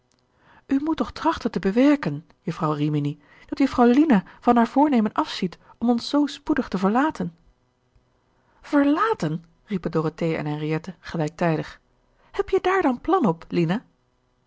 moet toch trachten te bewerken jufvrouw rimini dat jufrouw lina van haar voornemen afziet om ons zoo spoedig te verlaten verlaten riepen dorothea en henriette gelijktijdig heb-je daar dan plan op lina